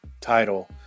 title